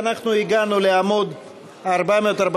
אנחנו הגענו לעמוד 446,